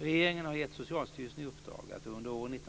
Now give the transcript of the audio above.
Regeringen har givit Socialstyrelsen i uppdrag att under åren